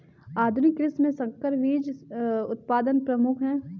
आधुनिक कृषि में संकर बीज उत्पादन प्रमुख है